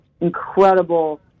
incredible